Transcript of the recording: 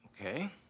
Okay